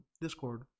Discord